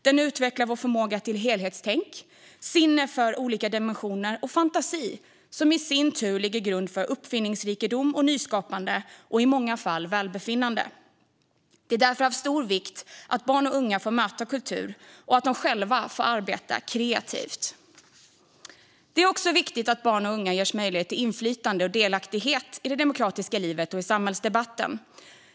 Den utvecklar vår förmåga till helhetstänk, sinne för olika dimensioner och fantasi, som i sin tur lägger grunden för uppfinningsrikedom och nyskapande samt i många fall välbefinnande. Det är därför av stor vikt att barn och unga får möta kultur och att de själva får arbeta kreativt. Det är också viktigt att barn och unga ges möjlighet till inflytande och delaktighet i det demokratiska livet och i samhällsdebatten.